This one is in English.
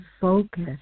focus